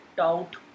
Out